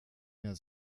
mehr